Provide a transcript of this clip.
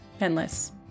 endless